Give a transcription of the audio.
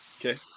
Okay